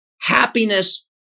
Happiness